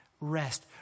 Rest